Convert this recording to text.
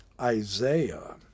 Isaiah